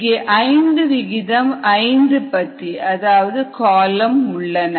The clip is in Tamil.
இங்கே ஐந்து விகிதம் ஐந்து பத்தி அதாவது காலம் உள்ளன